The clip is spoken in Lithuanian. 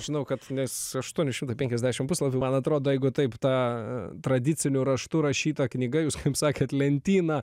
žinau kad nes aštuoni šimtai penkiasdešim puslapių man atrodo jeigu taip ta tradiciniu raštu rašyta knyga jūs sakėt lentyna